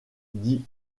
dit